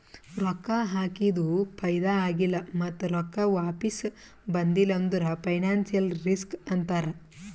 ರೊಕ್ಕಾ ಹಾಕಿದು ಫೈದಾ ಆಗಿಲ್ಲ ಮತ್ತ ರೊಕ್ಕಾ ವಾಪಿಸ್ ಬಂದಿಲ್ಲ ಅಂದುರ್ ಫೈನಾನ್ಸಿಯಲ್ ರಿಸ್ಕ್ ಅಂತಾರ್